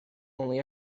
only